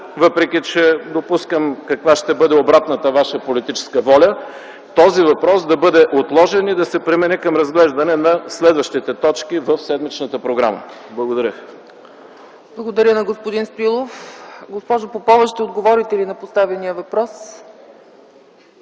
въпреки че допускам каква ще бъде обратната ваша политическа воля, този въпрос да бъде отложен и да се премине към разглеждане на следващите точки в седмичната програма. Благодаря. ПРЕДСЕДАТЕЛ ЦЕЦКА ЦАЧЕВА: Благодаря на господин Стоилов. Госпожо Попова, ще отговорите ли на поставения въпрос?